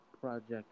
project